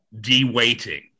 de-weighting